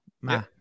Ma